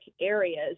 areas